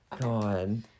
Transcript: God